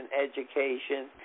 education